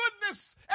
goodness